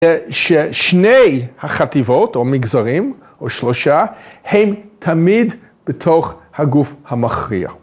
‫ששני החטיבות או מגזרים או שלושה, ‫הם תמיד בתוך הגוף המכריע.